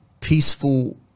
peaceful